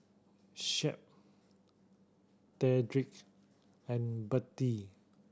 Shep Dedrick and Bettie